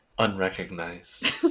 unrecognized